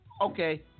Okay